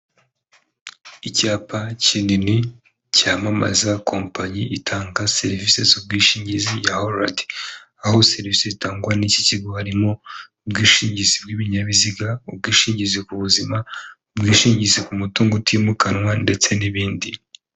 Icyapa kinini cyamamaza kompanyi itanga serivise z'ubwishingizi ya hororadi, aho serivise itangwa n'iki kigo harimo ubwishingizi bw'ibinyabiziga, ubwishingizi ku buzima, ubwishingizi ku mutungo utimukanwa ndetse n'ibindi.